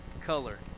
color